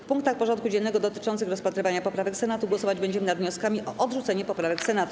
W punktach porządku dziennego dotyczących rozpatrywania poprawek Senatu głosować będziemy nad wnioskami o odrzucenie poprawek Senatu.